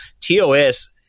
TOS